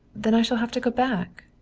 then i shall have to go back.